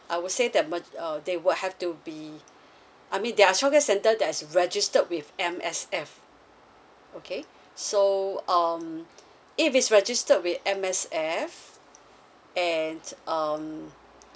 I would say the ma~ uh they will have to be I mean there are childcare center that is registered with M_S_F okay so um if it's registered with M_S_F and um